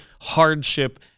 hardship